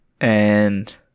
And-